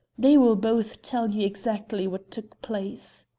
they will both tell you exactly what took place.